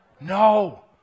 No